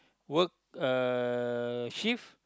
work uh shift